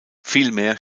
vielmehr